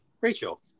Rachel